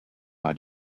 our